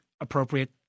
appropriate